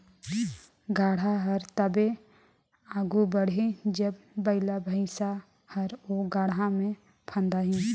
गाड़ा हर तबे आघु बढ़ही जब बइला भइसा हर ओ गाड़ा मे फदाही